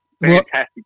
fantastic